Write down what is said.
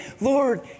Lord